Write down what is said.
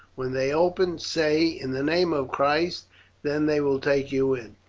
when they open, say, in the name of christ then they will take you in.